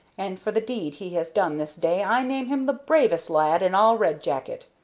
and for the deed he has done this day i name him the bravest lad in all red jacket.